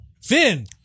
Finn